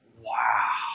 wow